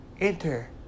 enter